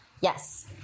Yes